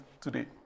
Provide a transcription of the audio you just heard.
today